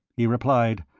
he replied.